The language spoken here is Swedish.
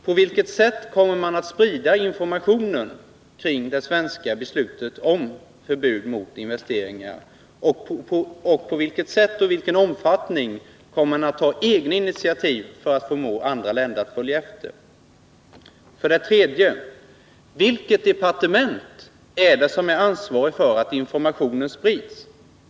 På vilket sätt kommer regeringen att sprida informationen kring det svenska beslutet om förbud mot investeringar, och på vilket sätt och i vilken omfattning kommer regeringen att ta egna initiativ för att få andra länder att följa efter? 3. Vilket departement är det som är ansvarigt för att informationen sprids?